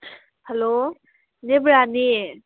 hello Debrani